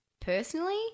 personally